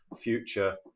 future